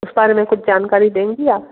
उस बारे में कुछ जानकारी देंगी आप